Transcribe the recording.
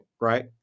right